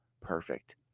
perfect